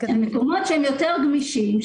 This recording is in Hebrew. מקומות שהם יותר גמישים,